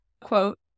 quote